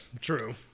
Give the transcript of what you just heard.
True